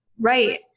Right